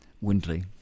Windley